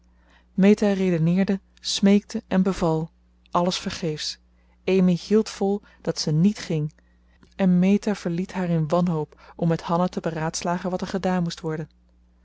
meta redeneerde smeekte en beval alles vergeefs amy hield vol dat ze niet ging en meta verliet haar in wanhoop om met hanna te beraadslagen wat er gedaan moest worden